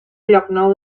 llocnou